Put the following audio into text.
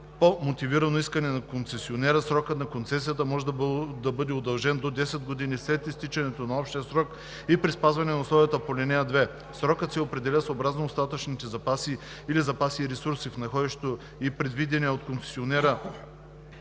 по мотивирано искане на концесионера срокът на концесията може да бъде удължен до 10 години след изтичането на общия срок и при спазване на условията по ал. 2. Срокът се определя съобразно остатъчните запаси или запаси и ресурси в находището и предвидения от концесионера